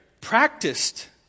practiced